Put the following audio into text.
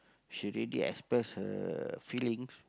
she already express her feelings